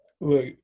look